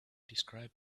described